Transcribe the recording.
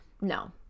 no